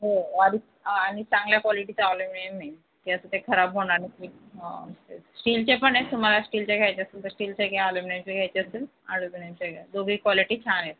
हो आणि चांगल्या कॉलिटीचे ॲल्युमिनियम आहे ते असं ते खराब होणार स्टीलचे पण आहेत तुम्हाला स्टीलचे घ्यायचे असतील तर स्टीलचे घ्या ॲल्युमिनियमचे घ्यायचे असतील ॲल्युमिनियमचे घ्या दोघंही कॉलिटी छान आहेत